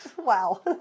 wow